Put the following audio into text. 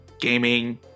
Gaming